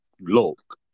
look